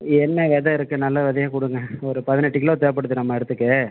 என்ன வெதை இருக்குது நல்ல விதையா கொடுங்க ஒரு பதினெட்டு கிலோ தேவைப்படுது நம்ம இடத்துக்கே